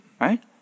right